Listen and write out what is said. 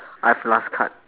I have last card